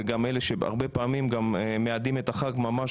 וגם אלה שהרבה פעמים גם מיידעים את הח"כ ממש